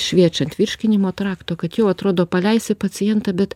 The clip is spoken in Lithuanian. šviečiant virškinimo trakto kad jau atrodo paleisi pacientą bet